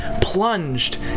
plunged